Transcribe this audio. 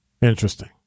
Interesting